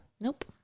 nope